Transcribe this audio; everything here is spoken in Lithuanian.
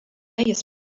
jis